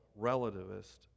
relativist